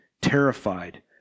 terrified